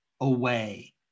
away